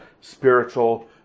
spiritual